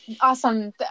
Awesome